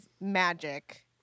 magic